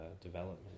development